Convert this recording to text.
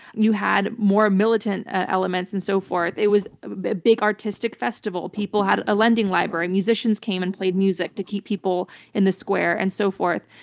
you had more militant elements and so forth. it was a big artistic festival. people had a lending library. musicians came and played music to keep people in the square and so forth.